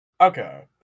Okay